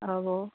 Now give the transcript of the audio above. হ'ব